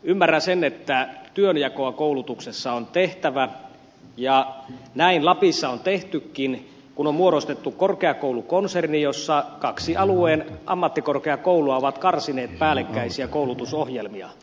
ymmärrän sen että työnjakoa koulutuksessa on tehtävä ja näin lapissa on tehtykin kun on muodostettu korkeakoulukonserni jossa kaksi alueen ammattikorkeakoulua ovat karsineet päällekkäisiä koulutusohjelmia